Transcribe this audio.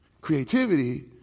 Creativity